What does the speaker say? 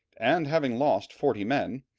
and having lost forty men,